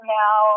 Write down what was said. now